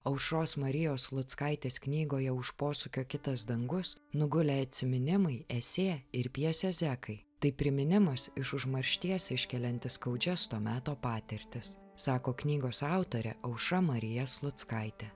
aušros marijos sluckaitės knygoje už posūkio kitas dangus nugulę atsiminimai esė ir pjesė zekai tai priminimas iš užmaršties iškeliantis skaudžias to meto patirtis sako knygos autorė aušra marija sluckaitė